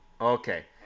Okay